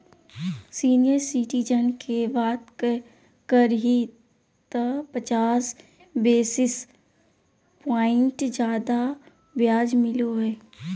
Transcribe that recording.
senior citizen के बात करही त पचास बेसिस प्वाइंट ज्यादा ब्याज मिलो हइ